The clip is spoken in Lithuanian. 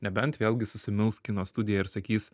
nebent vėlgi susimils kino studija ir sakys